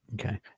Okay